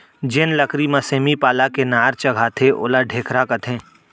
जेन लकरी म सेमी पाला के नार चघाथें ओला ढेखरा कथें